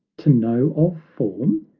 to know of form?